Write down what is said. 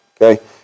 okay